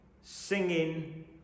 singing